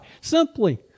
Simply